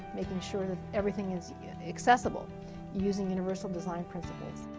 making sure that everything is accessible using universal design principles.